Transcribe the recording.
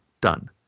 Done